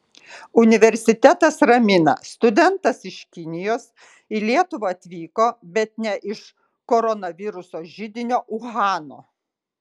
universitetas ramina studentas iš kinijos į lietuvą atvyko bet ne iš koronaviruso židinio uhano